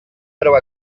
però